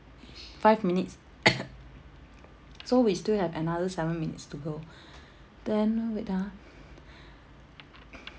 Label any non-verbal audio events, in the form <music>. five minutes <coughs> so we still have another seven minutes to go <breath> then wait ah <breath>